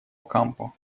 окампо